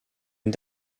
une